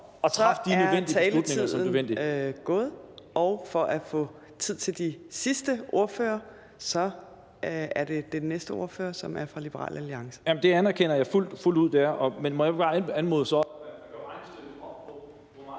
Så er taletiden gået, og for at få tid til de sidste ordførere, så er det den næste ordfører, som er fra Liberal Alliance. Kl. 15:22 Lars Boje Mathiesen (NB): Jamen det